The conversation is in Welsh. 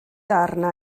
arna